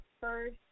first